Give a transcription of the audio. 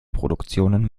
produktionen